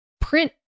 print